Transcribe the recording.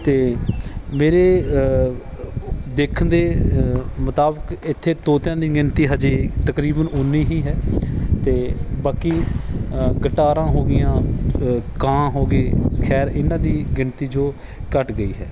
ਅਤੇ ਮੇਰੇ ਦੇਖਣ ਦੇ ਮੁਤਾਬਕ ਇੱਥੇ ਤੋਤਿਆਂ ਦੀ ਗਿਣਤੀ ਅਜੇ ਤਕਰੀਬਨ ਓਨੀ ਹੀ ਹੈ ਅਤੇ ਬਾਕੀ ਗਟਾਰਾਂ ਹੋ ਗਈਆਂ ਕਾਂ ਹੋ ਗਏ ਖੈਰ ਇਹਨਾਂ ਦੀ ਗਿਣਤੀ ਜੋ ਘੱਟ ਗਈ ਹੈ